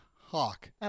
Hawk